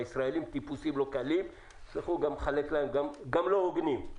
והישראלים טיפוסים לא קלים וגם לא הוגנים,